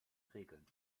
regeln